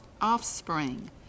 offspring